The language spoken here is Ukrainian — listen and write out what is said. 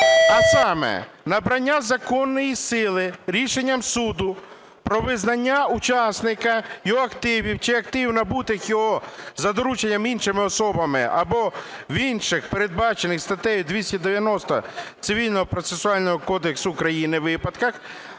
а саме: набрання законної сили рішенням суду про визнання учасника, його активів чи активів, набутих його за дорученням іншими особами, або в інших, передбачених статтею 290 Цивільного